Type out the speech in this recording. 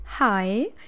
Hi